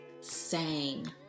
sang